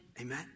Amen